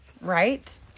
Right